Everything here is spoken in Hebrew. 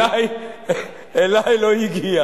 אלי לא הגיע.